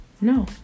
No